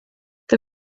the